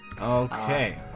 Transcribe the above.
Okay